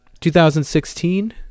2016